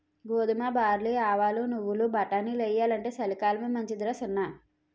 గోధుమ, బార్లీ, ఆవాలు, నువ్వులు, బటానీలెయ్యాలంటే చలికాలమే మంచిదరా సిన్నా